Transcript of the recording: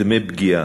דמי פגיעה,